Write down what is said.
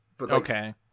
Okay